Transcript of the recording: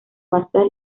basal